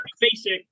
basic